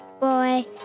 boy